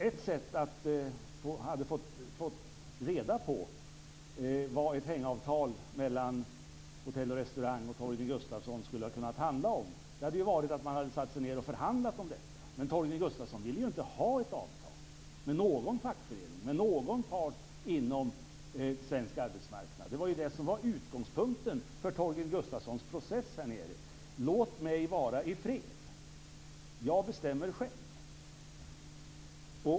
Ett sätt att få reda på vad ett hängavtal mellan Torgny Gustafsson och Hotell och Restauranganställdas Förbund hade kunnat handla om hade varit att förhandla. Men Torgny Gustafsson ville ju inte ha något avtal med någon fackförening eller någon part inom svensk arbetsmarknad. Det var utgångspunkten för Torgny Gustafssons process: "Låt mig vara i fred. Jag bestämmer själv."